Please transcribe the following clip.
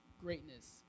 greatness